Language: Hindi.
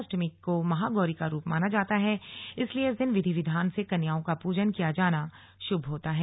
अष्टमी को महागौरी का रूप माना जाता है इसलिए इस दिन विधि विधान से कन्याओं का पूजन किया जाना शुभ होता है